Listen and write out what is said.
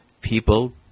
People